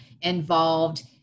involved